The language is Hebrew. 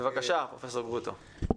בבקשה, פרופסור גרוטו.